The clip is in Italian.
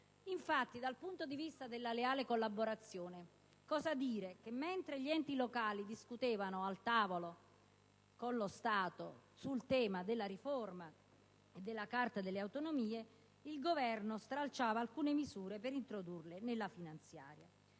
Dal punto di vista della leale collaborazione, cosa dire sul fatto che, mentre gli enti locali discutevano al tavolo con lo Stato sul tema della riforma e della Carta delle autonomie, il Governo stralciava alcune misure per introdurle nella finanziaria?